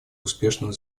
успешного